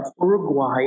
Uruguay